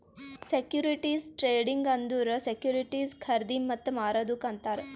securities trading ಅಂದುರ್ securities ಖರ್ದಿ ಮತ್ತ ಮಾರದುಕ್ ಅಂತಾರ್